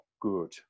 good